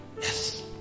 yes